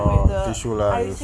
uh tissue lah